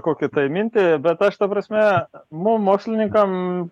kokią tai mintį bet aš ta prasme mum mokslininkam